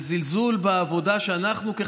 אני מבקש מכם לשבת במקומותיכם.